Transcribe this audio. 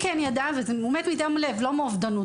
והוא מת מדום לב, לא מאובדות.